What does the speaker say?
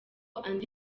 andi